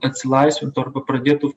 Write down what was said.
atsilaisvintų arba pradėtų